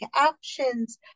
options